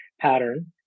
pattern